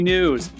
News